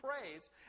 praise